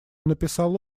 написал